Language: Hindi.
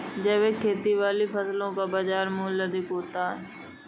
जैविक खेती वाली फसलों का बाज़ार मूल्य अधिक होता है